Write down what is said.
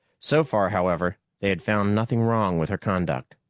so far, however, they had found nothing wrong with her conduct.